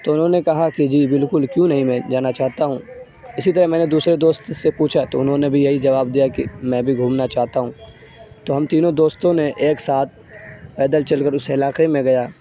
تو انہوں نے کہا کہ جی بالکل کیوں نہیں میں جانا چاہتا ہوں اسی طرح میں نے دوسرے دوست سے پوچھا تو انہوں نے بھی یہی جواب دیا کہ میں بھی گھومنا چاہتا ہوں تو ہم تینوں دوستوں نے ایک ساتھ پیدل چل کر اس علاقے میں گیا